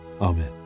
Amen